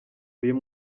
uyu